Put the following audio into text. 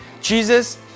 Jesus